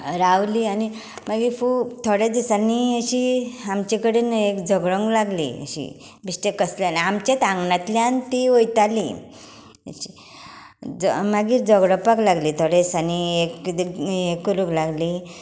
रावलीं आनी थोडे दिसांनी अशीं आमचे कडेन झगडूंक लागलीं अशीं आनी आमचेच आंगणांतल्यान तीं वयतालीं मागीर झगडपाक लागलीं थोड्या दिसांनी हें करूंक लागलीं